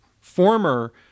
former